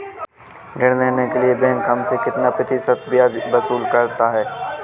ऋण देने के लिए बैंक हमसे कितना प्रतिशत ब्याज वसूल करता है?